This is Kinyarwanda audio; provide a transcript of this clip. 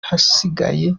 hasigaye